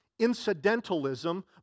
incidentalism